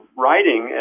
writing